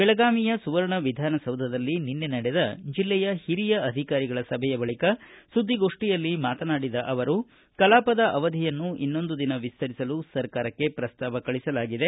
ಬೆಳಗಾವಿಯ ಸುವರ್ಣ ವಿಧಾನಸೌಧದಲ್ಲಿ ನಿನ್ನೆ ನಡೆದ ಜಿಲ್ಲೆಯ ಹಿರಿಯ ಅಧಿಕಾರಿಗಳ ಸಭೆಯ ಬಳಿಕ ಸುದ್ದಿಗೋಷ್ಠಿಯಲ್ಲಿ ಮಾತನಾಡಿದ ಅವರು ಕಲಾಪದ ಅವಧಿಯನ್ನು ಇನ್ನೊಂದು ದಿನ ವಿಸ್ತರಿಸಲು ಸರ್ಕಾರಕ್ಕೆ ಪ್ರಸ್ತಾವ ಕಳಿಸಲಾಗಿದೆ